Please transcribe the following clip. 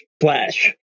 flash